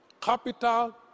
Capital